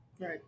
Right